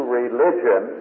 religion